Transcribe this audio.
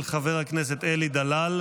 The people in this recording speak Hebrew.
אושרה בקריאה הטרומית,